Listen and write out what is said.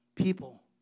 people